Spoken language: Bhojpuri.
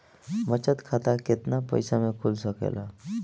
बचत खाता केतना पइसा मे खुल सकेला?